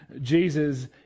Jesus